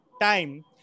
time